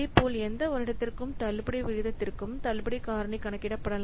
இதேபோல் எந்த வருடத்திற்கும் தள்ளுபடி விகிதத்திற்கும் தள்ளுபடி காரணி கணக்கிடப்படலாம்